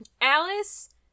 alice